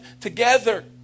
together